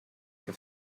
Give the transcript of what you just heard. què